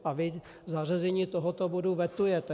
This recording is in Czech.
A vy zařazení tohoto bodu vetujete.